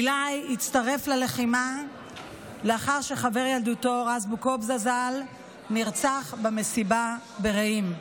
עילי הצטרף ללחימה לאחר שחבר ילדותו רז בוקובזה ז"ל נרצח במסיבה ברעים.